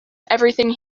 everything